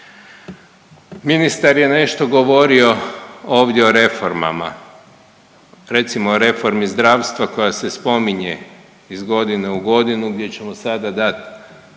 Ministar je nešto govorio ovdje o reformama, recimo o reformi zdravstva koja se spominje iz godine u godinu gdje ćemo sada dat